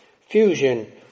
fusion